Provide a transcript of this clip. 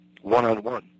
one-on-one